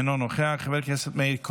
אינו נוכח, חבר הכנסת מאיר כהן,